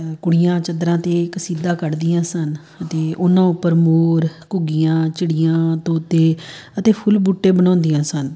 ਕੁੜੀਆਂ ਚਾਦਰਾਂ 'ਤੇ ਕਸੀਦਾ ਕੱਢਦੀਆਂ ਸਨ ਅਤੇ ਉਹਨਾਂ ਉੱਪਰ ਮੋਰ ਘੁੱਗੀਆਂ ਚਿੜੀਆਂ ਤੋਤੇ ਅਤੇ ਫੁੱਲ ਬੂਟੇ ਬਣਾਉਂਦੀਆਂ ਸਨ